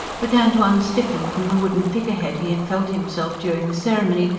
began to unstiffen from the wooden figure-head he had felt himself during the ceremony,